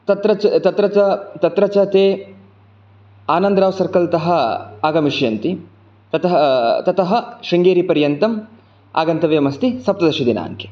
तत्र च ते आनन्दराव् सर्कल् तः आगमिष्यन्ति ततः ततः शृङ्गेरीपर्यन्तम् आगन्तव्यम् अस्ति सप्तदशदिनाङ्के